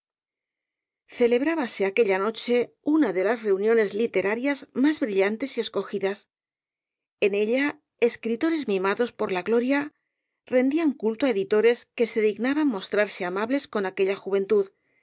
celebrábase aquella noche una de las reuniones literarias más brillantes y escogidas en ella escritores mimados por la gloria rendían culto á editores que se dignaban mostrarse amables con aquella juventud